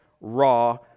raw